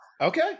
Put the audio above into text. Okay